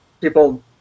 people